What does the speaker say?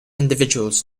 individuals